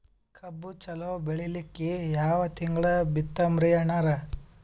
ಕಬ್ಬು ಚಲೋ ಬೆಳಿಲಿಕ್ಕಿ ಯಾ ತಿಂಗಳ ಬಿತ್ತಮ್ರೀ ಅಣ್ಣಾರ?